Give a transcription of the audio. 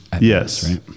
Yes